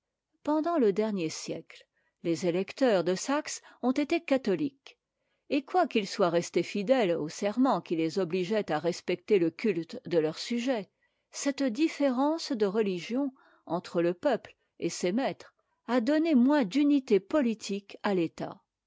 pendant le dernier siècle les électeurs de saxe ont été catholiques et quoiqu'ils soient restés fidèles au serment qui les obligeait à respecter le culte de leurs sujets cette différence de religion entre le peuple et ses maîtres a donné moins d'unité politique à l'état